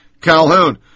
Calhoun